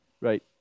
Right